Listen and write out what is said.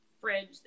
fridge